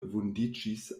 vundiĝis